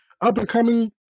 up-and-coming